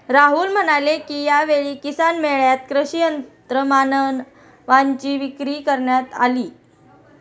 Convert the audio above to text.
राहुल म्हणाले की, यावेळी किसान मेळ्यात कृषी यंत्रमानवांची विक्री करण्यात आली